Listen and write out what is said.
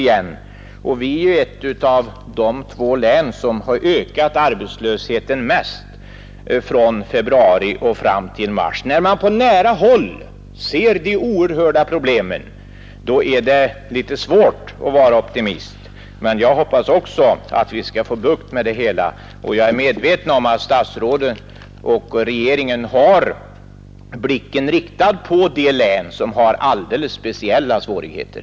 Värmland är ett av de två län där arbetslösheten har ökat mest från februari till mars. När man på nära håll ser de oerhörda problemen är det litet svårt att vara optimist. Jag hoppas emellertid också att vi skall få bukt med det hela, och jag är medveten om att statsrådet Holmqvist och regeringen har blicken riktad på de län som har alldeles speciella svårigheter.